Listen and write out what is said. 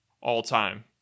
all-time